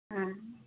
হ্যাঁ